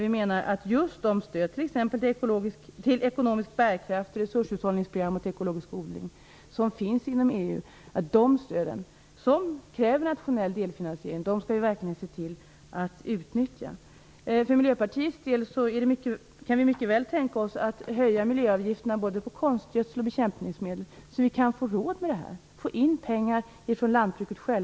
Vi menar att vi verkligen skall se till att utnyttja de stöd till t.ex. ekonomisk bärkraft, resurshushållningsprogram och ekologisk odling som finns inom EU och som kräver nationell delfinansiering. Vi i Miljöpartiet kan mycket väl tänka oss att höja miljöavgifterna både på konstgödsel och bekämpningsmedel. Då kan vi få råd med detta. Vi får in pengar från lantbruket.